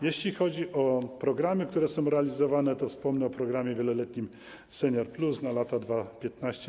Jeśli chodzi o programy, które są realizowane, to wspomnę o programie wieloletnim „Senior+” na lata 2015–2020.